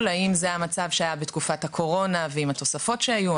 האם זה המצב שהיה בתקופת הקורונה ועם התוספות שהיו,